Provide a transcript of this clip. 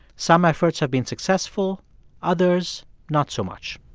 some efforts have been successful others not so much.